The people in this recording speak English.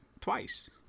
twice